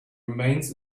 remains